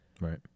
Right